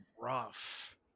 Rough